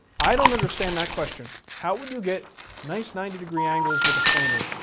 i don't understand that question. how would you get nice ninety degree angles with a planer?